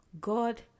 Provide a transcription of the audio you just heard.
God